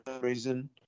reason